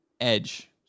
edge